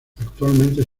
actualmente